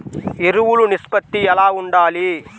ఎరువులు నిష్పత్తి ఎలా ఉండాలి?